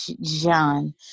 John